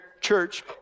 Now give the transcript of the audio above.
church—